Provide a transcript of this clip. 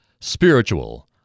Spiritual